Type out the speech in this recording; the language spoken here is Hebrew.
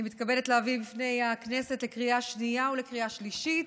התשפ"ב 2022, לקריאה שנייה וקריאה שלישית.